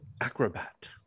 acrobat